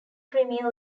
premier